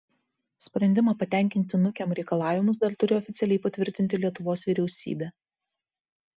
sprendimą patenkinti nukem reikalavimus dar turi oficialiai patvirtinti lietuvos vyriausybė